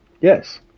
Yes